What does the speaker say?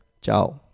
Ciao